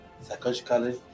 psychologically